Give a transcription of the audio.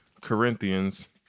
Corinthians